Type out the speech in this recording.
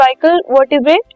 vertebrate